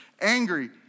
angry